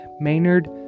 Maynard